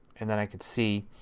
and then i can see